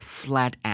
flat